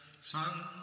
sun